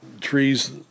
Trees